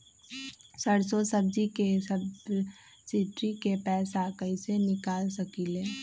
सरसों बीज के सब्सिडी के पैसा कईसे निकाल सकीले?